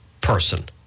person